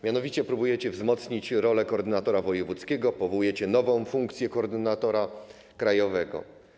Mianowicie próbujecie wzmocnić rolę koordynatora wojewódzkiego, powołujecie, tworzycie nową funkcję koordynatora krajowego.